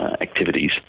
activities